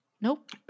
Nope